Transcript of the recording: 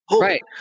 right